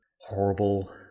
horrible